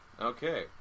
Okay